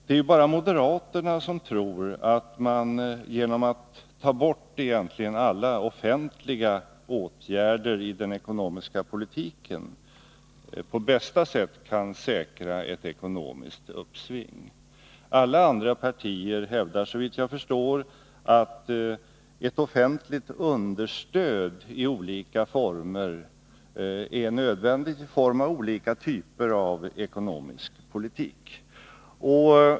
Det är bara moderaterna som tror att man genom att ta bort alla offentliga åtgärder i den ekonomiska politiken på bästa sätt kan säkra ett ekonomiskt uppsving. Alla andra partier hävdar, såvitt jag förstår, att ett offentligt understöd i olika former är nödvändigt i form av olika typer av en ekonomisk politik.